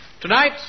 Tonight